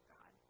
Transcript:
God